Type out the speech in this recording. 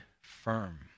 firm